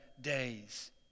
days